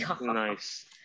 Nice